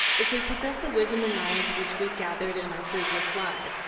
if we possess the wisdom and knowledge which we gathered in our previous lives,